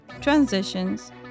Transitions